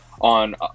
on